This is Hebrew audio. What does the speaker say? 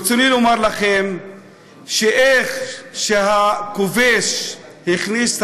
ברצוני לומר לכם שאיך שהכובש הכניס את